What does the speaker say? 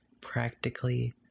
practically